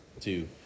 two